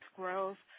growth